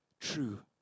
true